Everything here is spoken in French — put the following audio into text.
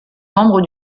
membres